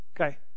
Okay